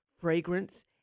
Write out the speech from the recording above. fragrance